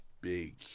big